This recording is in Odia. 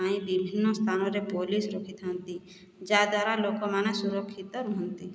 ପାଇଁ ବିଭିନ୍ନ ସ୍ଥାନରେ ପୋଲିସ ରଖିଥାଆନ୍ତି ଯାଦ୍ଵାରା ଲୋକମାନେ ସୁରକ୍ଷିତ ରୁହନ୍ତି